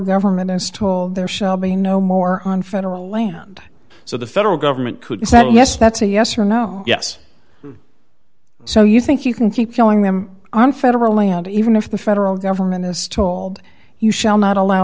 government is told there shall be no more on federal land so the federal government could say yes that's a yes or no yes so you think you can keep killing them on federal land even if the federal government is told you shall not allow